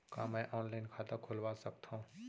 का मैं ऑनलाइन खाता खोलवा सकथव?